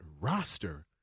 roster